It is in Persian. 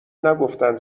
نگفتن